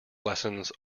lessons